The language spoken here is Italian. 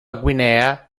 guinea